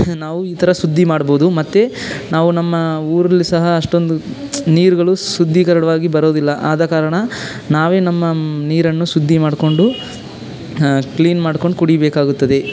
ನಾವು ಈ ಥರ ಸುದ್ದಿ ಮಾಡಬಹುದು ಮತ್ತು ನಾವು ನಮ್ಮ ಊರಲ್ಲಿ ಸಹ ಅಷ್ಟೊಂದು ನೀರುಗಳು ಶುದ್ಧೀಕರಣವಾಗಿ ಬರೋದಿಲ್ಲ ಆದ ಕಾರಣ ನಾವೇ ನಮ್ಮ ನೀರನ್ನು ಶುದ್ಧಿ ಮಾಡಿಕೊಂಡು ಕ್ಲೀನ್ ಮಾಡ್ಕೊಂಡು ಕುಡಿಬೇಕಾಗುತ್ತದೆ